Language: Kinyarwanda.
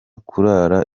kurara